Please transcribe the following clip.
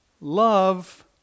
love